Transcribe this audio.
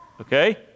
okay